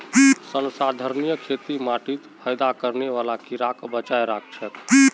संधारणीय खेती माटीत फयदा करने बाला कीड़ाक बचाए राखछेक